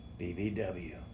BBW